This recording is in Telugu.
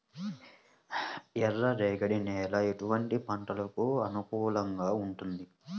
ఎర్ర రేగడి నేల ఎటువంటి పంటలకు అనుకూలంగా ఉంటుంది?